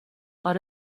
آره